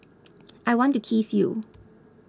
I want to kiss you